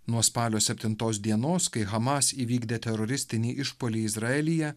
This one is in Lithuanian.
nuo spalio septintos dienos kai hamas įvykdė teroristinį išpuolį izraelyje